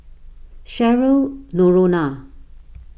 Cheryl Noronha